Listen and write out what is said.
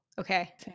okay